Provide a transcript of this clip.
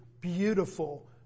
beautiful